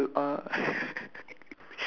she's not wearing anything she uh